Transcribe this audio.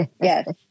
Yes